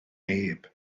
neb